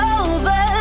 over